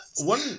One